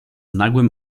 nagłym